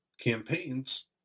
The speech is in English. campaigns